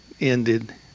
ended